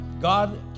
god